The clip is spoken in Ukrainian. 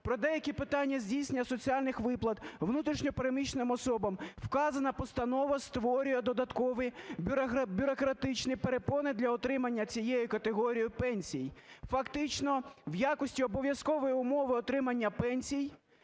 про деякі питання здійснення соціальних виплат внутрішньо переміщеним особам, вказана постанова створює додаткові бюрократичні перепони для отримання цієї категорією пенсій. Фактично в якості обов'язкової умови отримання пенсій